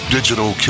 Digital